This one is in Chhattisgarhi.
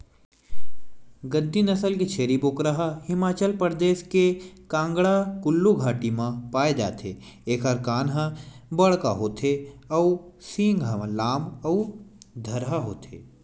गद्दी नसल के छेरी बोकरा ह हिमाचल परदेस के कांगडा कुल्लू घाटी म पाए जाथे एखर कान ह बड़का होथे अउ सींग ह लाम अउ धरहा होथे